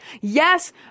Yes